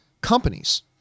companies